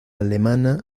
alemana